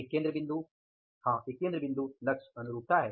एक केंद्र बिंदु एक केंद्र बिंदु लक्ष्य अनुरूपता है